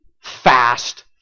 fast